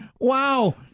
Wow